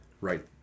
right